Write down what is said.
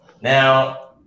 Now